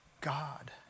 God